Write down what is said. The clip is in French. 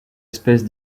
espèce